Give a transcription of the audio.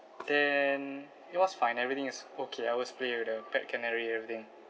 then it was fine everything is okay I was playing with the pet canary everything